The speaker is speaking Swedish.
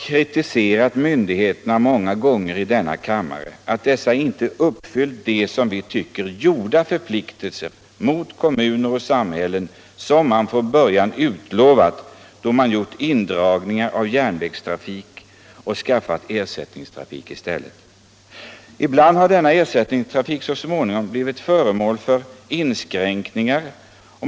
Vi har många gånger i denna kammare kritiserat myndigheterna för att de inte uppfyllt sina förpliktelser mot kommuner och samhällen, inte infriat löften som de givit då man gjort indragningar av järnvägstrafik. Ibland har ersättningstrafiken så småningom blivit föremål för inskränkningar.